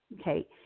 Okay